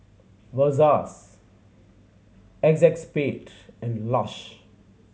Versace Acexspade and Lush